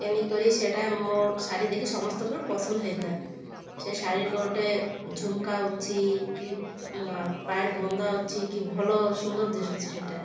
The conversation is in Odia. କିଣି କରି ସେଇଟା ମୋ ଶାଢ଼ୀ ଦେଖି ସମସ୍ତଙ୍କର ପସନ୍ଦ ହେଇଥିଲା ସେ ଶାଢ଼ୀ ଗୋଟେ ଝୁମକା ଅଛି କି ପାଡ଼ ବନ୍ଦା ଅଛି କି ଭଲ ସୁନ୍ଦର ଦିଶୁଛି ସେଟା